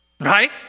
Right